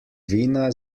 vina